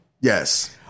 Yes